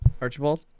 Archibald